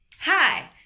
Hi